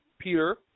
Peter